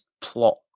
plot